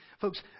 folks